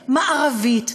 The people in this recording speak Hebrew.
מערבית,